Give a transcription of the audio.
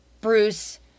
Bruce